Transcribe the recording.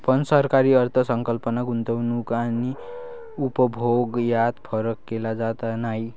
पण सरकारी अर्थ संकल्पात गुंतवणूक आणि उपभोग यात फरक केला जात नाही